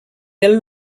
del